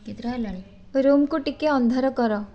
କେତେଟା ହେଲାଣି ରୁମ୍କୁ ଟିକେ ଅନ୍ଧାର କର